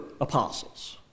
apostles